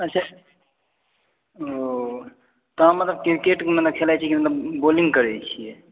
अच्छा ओ तऽ अहाँ मतलब क्रिकेट खेलाइ छी मतलब बॉलिंग करै छियै